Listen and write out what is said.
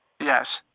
Yes